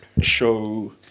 show